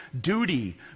duty